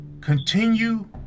Continue